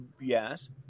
Yes